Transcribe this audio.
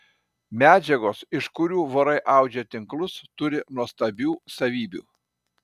medžiagos iš kurių vorai audžia tinklus turi nuostabių savybių